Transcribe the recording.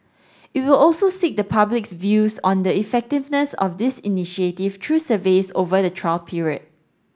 it will also seek the public's views on the effectiveness of this initiative through surveys over the trial period